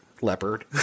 Leopard